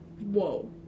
whoa